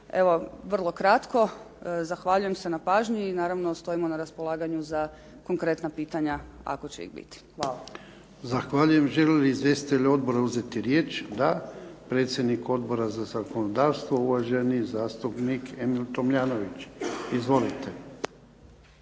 Evo, vrlo kratko, zahvaljujem se na pažnji naravno stojimo na raspolaganju za konkretna pitanja ako će ih biti. Hvala. **Jarnjak, Ivan (HDZ)** Zahvaljujem. Žele li izvjestitelji Odbora uzeti riječ? DA. Predsjednik Odbora za zakonodavstvo, uvaženi zastupnik Emil Tomljanović. Izvolite.